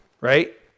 right